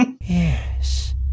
Yes